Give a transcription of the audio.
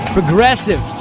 Progressive